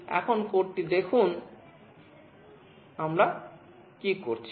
এখন কোডটি দেখুন আমরা কী করছি